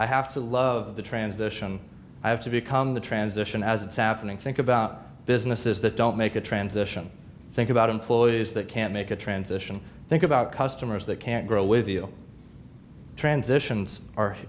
i have to love the transition i have to become the transition as it's happening think about businesses that don't make a transition think about employees that can make a transition think about customers that can grow with you transitions are